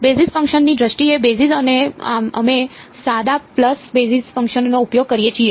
basis function ની દ્રષ્ટિએ basis અને અમે સાદા પલ્સ બેઝિસ ફંક્શનનો ઉપયોગ કરીએ છીએ